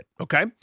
okay